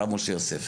הרב משה יוסף